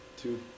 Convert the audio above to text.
two